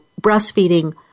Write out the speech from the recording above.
breastfeeding